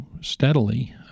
steadily